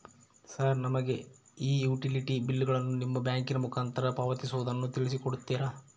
Sir ನಮಗೆ ಈ utility ಬಿಲ್ಲುಗಳನ್ನು ನಿಮ್ಮ ಬ್ಯಾಂಕಿನ ಮುಖಾಂತರ ಪಾವತಿಸುವುದನ್ನು ತಿಳಿಸಿ ಕೊಡ್ತೇರಾ?